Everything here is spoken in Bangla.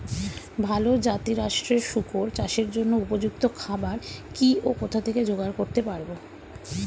ভালো জাতিরাষ্ট্রের শুকর চাষের জন্য উপযুক্ত খাবার কি ও কোথা থেকে জোগাড় করতে পারব?